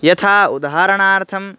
यथा उदाहरणार्थम्